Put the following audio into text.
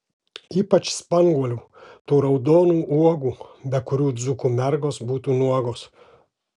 ypač spanguolių tų raudonų uogų be kurių dzūkų mergos būtų nuogos